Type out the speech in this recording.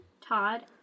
Todd